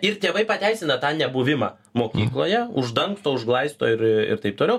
ir tėvai pateisina tą nebuvimą mokykloje uždangsto užglaisto ir ir taip toliau